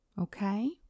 Okay